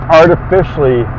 artificially